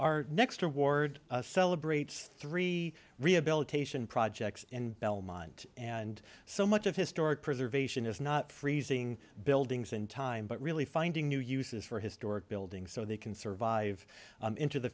our next award celebrates three rehabilitation projects in belmont and so much of historic preservation is not freezing buildings in time but really finding new uses for historic buildings so they can survive into the